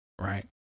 Right